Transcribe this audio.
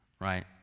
right